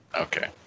Okay